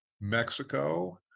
Mexico